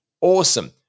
Awesome